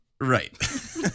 right